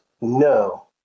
no